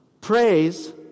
Praise